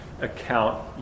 account